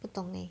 不懂 leh